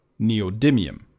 neodymium